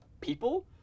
people